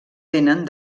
tenen